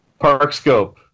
Parkscope